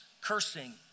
Cursing